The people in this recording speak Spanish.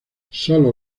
solo